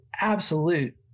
absolute